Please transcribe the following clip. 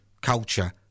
culture